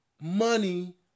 money